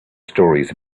stories